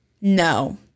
No